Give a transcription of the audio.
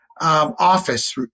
office